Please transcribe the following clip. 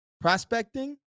prospecting